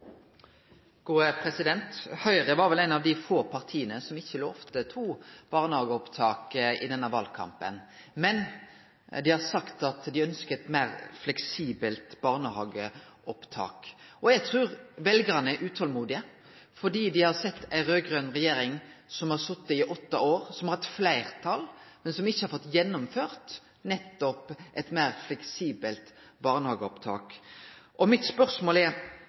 gode. Høgre var vel eit av dei få partia i denne valkampen som ikkje lova barnehageopptak, men dei har sagt at dei ønskjer eit meir fleksibelt barnehageopptak. Eg trur veljarane er utolmodige, fordi dei har sett ei raud-grøn regjering som har sete i åtte år, og som har hatt fleirtal, men som ikkje har fått gjennomført nettopp eit meir fleksibelt barnehageopptak. Mitt spørsmål er: